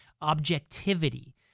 objectivity